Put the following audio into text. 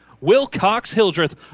Wilcox-Hildreth